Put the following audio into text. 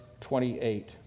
28